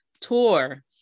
tour